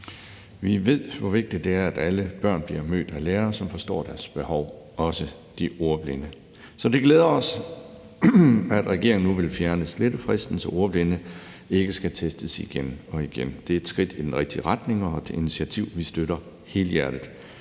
Vi ved, hvor vigtigt det er, at alle børn, også de ordblinde, bliver mødt af lærere, som forstår deres behov. Så det glæder os, at regeringen nu vil fjerne slettefristen, så ordblinde ikke skal testes igen og igen. Det er et skridt i den rigtige retning, og det er et initiativ, som vi støtter helhjertet.